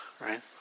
right